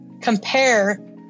compare